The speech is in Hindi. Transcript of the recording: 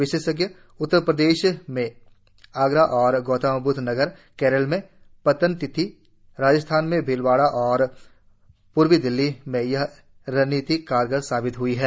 विशेषकर उत्तर प्रदेश में आगरा और गौतमब्द्वनगर केरल में पथनमथिद्दा राजस्थान में भीलवाड़ा और पूर्वी दिल्ली में यह रणनीति कारगर साबित हई है